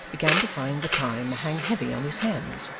began to find the time hang heavy on his hands.